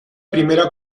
primera